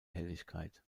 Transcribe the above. helligkeit